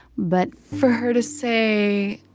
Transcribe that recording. but. for her to say,